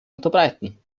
unterbreiten